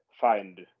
find